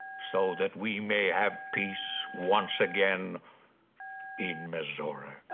so that we may have peace once again in missouri.